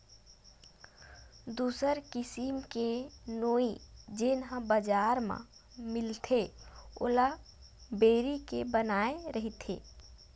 दूसर किसिम के नोई जेन ह बजार म मिलथे ओला बोरी के बनाये रहिथे